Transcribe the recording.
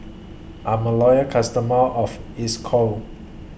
I'm A Loyal customer of Isocal